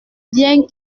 bien